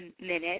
minute